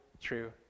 true